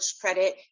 credit